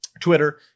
Twitter